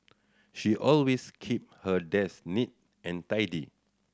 she always keep her desk neat and tidy